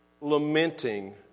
lamenting